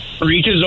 Reaches